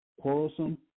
quarrelsome